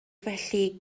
felly